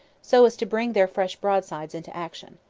so as to bring their fresh broadsides into action.